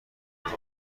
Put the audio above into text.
نگاه